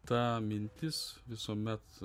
ta mintis visuomet